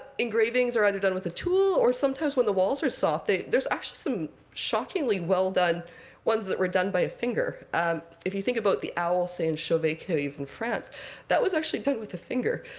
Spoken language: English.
engravings are either done with the tool, or sometimes when the walls are soft there's actually some shockingly well-done ones that were done by a finger if you think about the owl, say, in chauvet cave in france that was actually done with a finger.